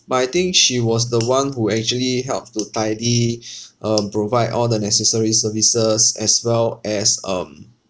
but I think she was the one who actually helped to tidy um provide all the necessary services as well as um